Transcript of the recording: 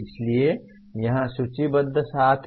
इसलिए यहां सूचीबद्ध सात हैं